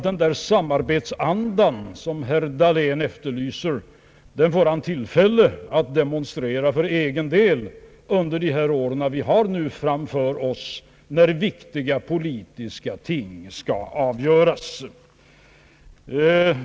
Den samarbetsanda som herr Dahlén efterlyser får han tillfälle att demonstrera för egen del under de närmaste åren, när viktiga politiska frågor skall avgöras.